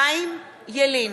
חיים ילין,